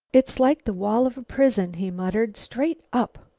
it's like the wall of a prison, he muttered straight up.